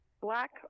black